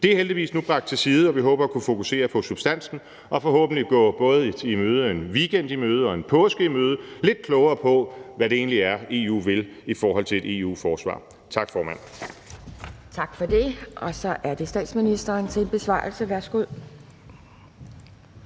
Det er heldigvis nu bragt til side, og vi håber at kunne fokusere på substansen og forhåbentlig gå en weekend og påsken i møde lidt klogere på, hvad det egentlig er, EU vil i forhold til et EU-forsvar. Tak, formand. Kl. 10:04 Anden næstformand (Pia Kjærsgaard): Tak for det. Så er det statsministeren til besvarelse. Værsgo.